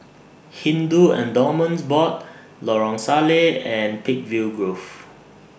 Hindu Endowments Board Lorong Salleh and Peakville Grove